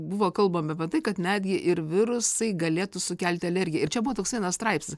buvo kalbama apie tai kad netgi ir virusai galėtų sukelti alergiją ir čia buvo toks vienas straipsnis